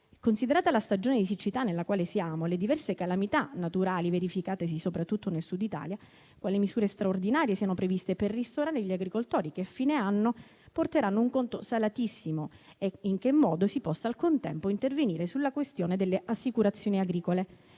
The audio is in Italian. considerata la stagione di siccità nella quale siamo e le diverse calamità naturali verificatesi, soprattutto nel Sud Italia, quali misure straordinarie siano previste per ristorare gli agricoltori, che a fine anno porteranno un conto salatissimo, e in che modo si possa al contempo intervenire sulla questione delle assicurazioni agricole;